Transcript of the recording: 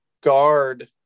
guard